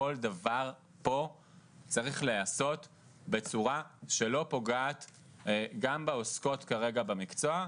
כל דבר פה צריך להיעשות בצורה שלא פוגעת גם בעוסקות כרגע במקצוע,